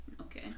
Okay